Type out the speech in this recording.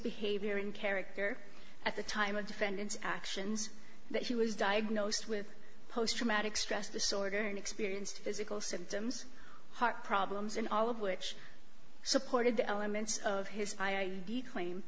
behavior in character at the time of defendant's actions that he was diagnosed with post traumatic stress disorder and experienced physical symptoms heart problems and all of which supported the elements of his